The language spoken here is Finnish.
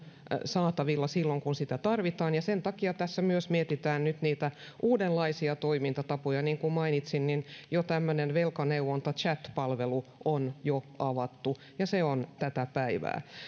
saatavilla silloin kun sitä tarvitaan ja sen takia tässä mietitään nyt myös uudenlaisia toimintatapoja niin kuin mainitsin tämmöinen velkaneuvonnan chat palvelu on jo avattu ja se on tätä päivää